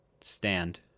stand